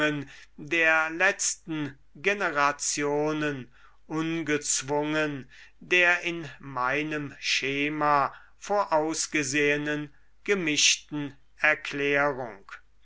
der letzten generationen ungezwungen der in meinem schema vorausgesehenen gemischten erklärung